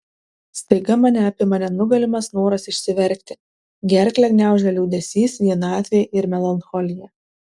staiga mane apima nenugalimas noras išsiverkti gerklę gniaužia liūdesys vienatvė ir melancholija